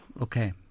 Okay